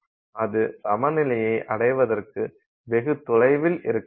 அது சமநிலையை அடைவதற்கு வெகு தொலைவில் இருக்குலாம்